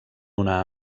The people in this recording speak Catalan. una